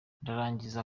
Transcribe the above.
ndarangiza